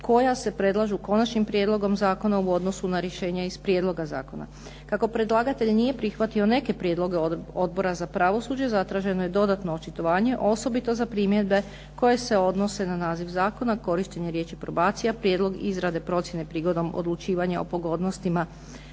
koja se predlažu Konačnim prijedlogom zakona u odnosu na rješenja iz prijedloga zakona. Kako predlagatelj nije prihvatio neke prijedloge Odbora za pravosuđe zatraženo je dodatno očitovanje osobito za primjedbe koje se odnose na naziv Zakona, korištenje riječi „probacija“, prijedlog izrade procjene prigodom odlučivanja o pogodnostima